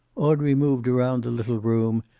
audrey moved around the little room,